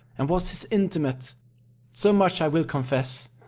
and was his intimate so much i will confess,